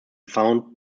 found